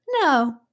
No